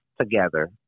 together